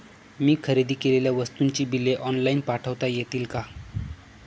मी खरेदी केलेल्या वस्तूंची बिले ऑनलाइन पाठवता येतील का?